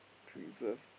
preserve